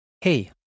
Hey